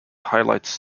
highlight